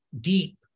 deep